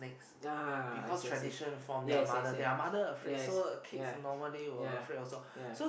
(uh huh) I see I see yes yes yes yes yea yea yea